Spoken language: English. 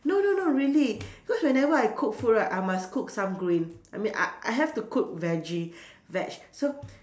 no no no really because whenever I cook food right I must cook some green I mean uh I have to cook veggie veg so